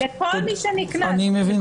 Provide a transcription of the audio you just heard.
לכל מי שנקנס.